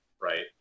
right